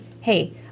hey